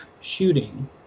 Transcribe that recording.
shooting